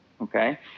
okay